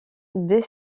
dès